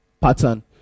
pattern